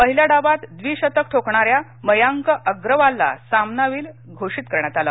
पहिल्या डावात द्विशतक ठोकणाऱ्या मयांक अग्रवालला सामनावीर घोषित करण्यात आलं